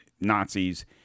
Nazis